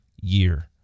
year